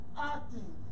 acting